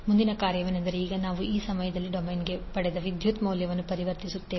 4°A ಮುಂದಿನ ಕಾರ್ಯವೆಂದರೆ ನಾವು ಈಗ ಸಮಯದ ಡೊಮೇನ್ಗೆ ಪಡೆದ ವಿದ್ಯುತ್ ಮೌಲ್ಯಗಳನ್ನು ಪರಿವರ್ತಿಸುತ್ತೇವೆ